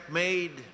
made